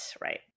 right